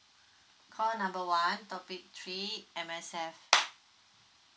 call number one topic three M_S_F